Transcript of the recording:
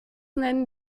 nennen